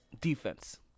defense